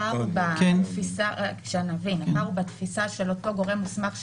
הפער הוא בתפיסה של אותו גורם מוסמך,